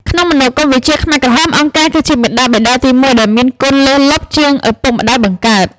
ក្នុងមនោគមវិជ្ជាខ្មែរក្រហម អង្គការគឺជាមាតាបិតាទីមួយ ដែលមានគុណលើសលប់លើសជាងឪពុកម្ដាយបង្កើត។